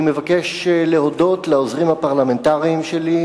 אני מבקש להודות לעוזרים הפרלמנטריים שלי,